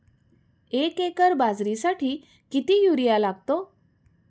एक एकर बाजरीसाठी किती युरिया लागतो?